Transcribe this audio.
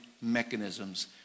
mechanisms